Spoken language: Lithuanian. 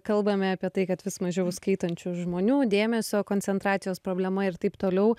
kalbame apie tai kad vis mažiau skaitančių žmonių dėmesio koncentracijos problema ir taip toliau